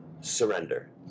surrender